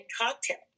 cocktails